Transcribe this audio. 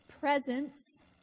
presence